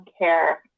care